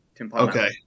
Okay